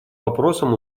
вопросам